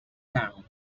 town